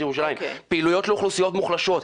ירושלים פעילויות לאוכלוסיות מוחלשות,